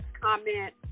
comment